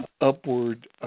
upward